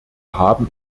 haben